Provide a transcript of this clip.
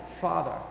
Father